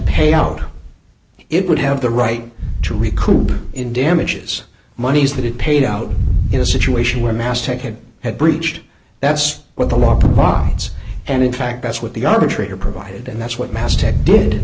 pay out it would have the right to recoup in damages monies that it paid out in a situation where masthead had had breached that's what the law bonds and in fact that's what the arbitrator provided and that's what